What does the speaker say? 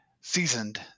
seasoned